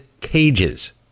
cages